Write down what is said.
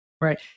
right